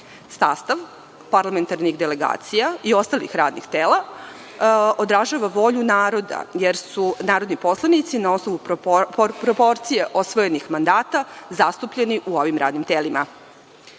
Sastav parlamentarnih delegacija i ostalih radnih tela odražava volju naroda, jer su narodni poslanici na osnovu proporcija osvojenih mandata zastupljeni u ovim radnim telima. Takođe,